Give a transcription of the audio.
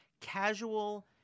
casual